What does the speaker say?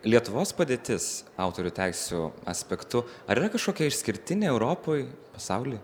lietuvos padėtis autorių teisių aspektu ar yra kažkokia išskirtinė europoj pasauly